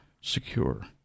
secure